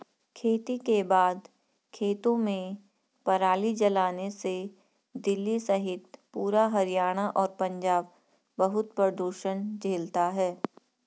खेती के बाद खेतों में पराली जलाने से दिल्ली सहित पूरा हरियाणा और पंजाब बहुत प्रदूषण झेलता है